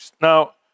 Now